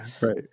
right